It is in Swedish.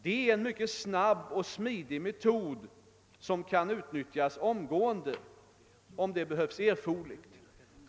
Det är en mycket snabb och smidig metod som kan utnyttjas omgående, om det bedöms erforderligt.